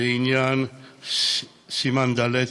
לעניין סימן ד'